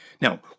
Now